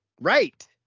Right